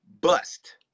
bust